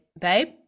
babe